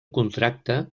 contracte